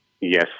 Yes